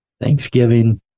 Thanksgiving